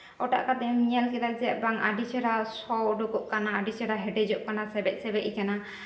ᱚᱴᱟᱜ ᱠᱟᱛᱮᱢ ᱧᱮᱞ ᱠᱮᱫᱟ ᱡᱮ ᱵᱟᱝ ᱟᱹᱰᱤ ᱪᱮᱦᱨᱟ ᱥᱚ ᱩᱰᱩᱠᱚᱜ ᱠᱟᱱᱟ ᱟᱹᱰᱤ ᱪᱮᱦᱨᱟ ᱦᱮᱰᱮᱡᱚᱜ ᱠᱟᱱᱟ ᱥᱮᱵᱮᱡᱼᱥᱮᱵᱮᱡ ᱠᱟᱱᱟ